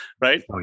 right